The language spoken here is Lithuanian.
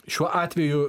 šiuo atveju